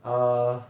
err